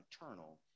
eternal